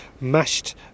mashed